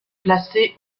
placé